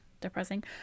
depressing